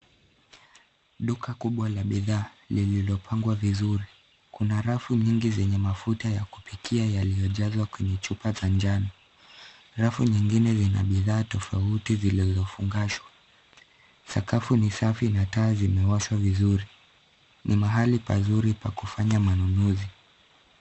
Duka kubwa la bidhaa lililopangwa vizuri. Kuna rafu nyingi zenye mafuta ya kupikia yaliyojazwa kwenye chupa za njano. Rafu nyingine zina bidhaa tofauti zilizofungashwa. Sakafu ni safi na taa zimewashwa vizuri. Ni mahali pazuri pa kufanya manunuzi.